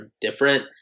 different